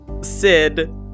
Sid